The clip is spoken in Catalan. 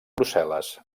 brussel·les